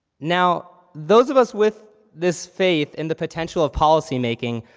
now, those of us with this faith in the potential of policy making,